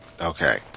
Okay